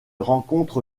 rencontre